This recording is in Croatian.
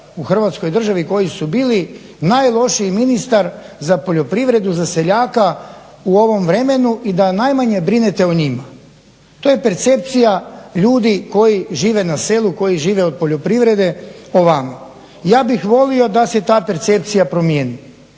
u Hrvatskoj državi koji su bili najlošiji ministar za poljoprivredu za seljaka u ovom vremenu i da najmanje brinete o njima. To je percepcija ljudi koji žive na selu, koji žive od poljoprivrede o vama. Ja bih volio da se ta percepcija promjeni.